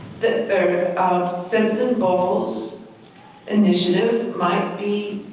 the simpson bowles initiative might be